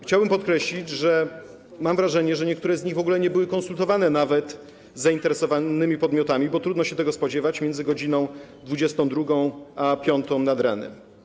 Chciałbym podkreślić, że mam wrażenie, że niektóre z nich w ogóle nie były konsultowane nawet z zainteresowanymi podmiotami, bo trudno się tego spodziewać między godz. 22 a godz. 5 nad ranem.